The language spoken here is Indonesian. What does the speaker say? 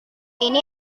itu